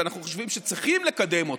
שאנחנו חושבים שצריכים לקדם אותם,